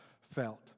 felt